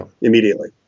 immediately